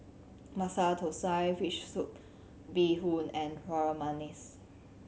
Masala Thosai fish soup bee hoon and Harum Manis